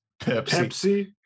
Pepsi